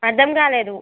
అర్ధం కాలేదు